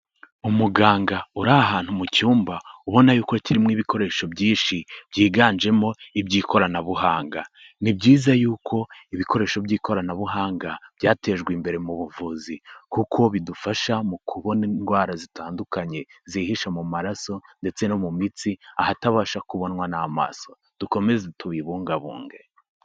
Umuganga uri ahantu mu cyumba, ubona y'uko kirimo ibikoresho byinshi byiganjemo iby'ikoranabuhanga, ni byiza y'uko ibikoresho by'ikoranabuhanga byatejwe imbere mu buvuzi, kuko bidufasha mu kubona indwara zitandukanye, zihisha mu maraso ndetse no mu mitsi, ahatabasha kubonwa n'amaso, dukomeze tuyibungabunge.